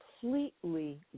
completely